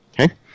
Okay